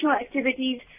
activities